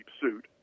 suit